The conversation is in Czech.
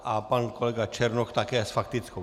A pan kolega Černoch také s faktickou.